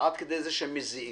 עד כדי זה שהם מזיעים.